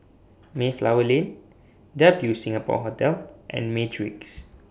Mayflower Lane W Singapore Hotel and Matrix